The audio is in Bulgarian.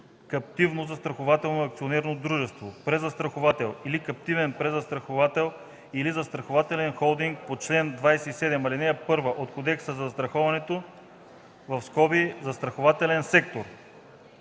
каптивно застрахователно акционерно дружество, презастраховател или каптивен презастраховател, или застрахователен холдинг по чл. 27, ал. 1 от Кодекса за застраховането (застрахователен сектор);”